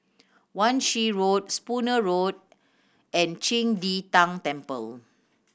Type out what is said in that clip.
Wan Shih Road Spooner Road and Qing De Tang Temple